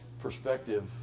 perspective